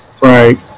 Right